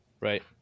Right